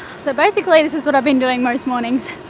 so basically, this is what i've been doing most mornings.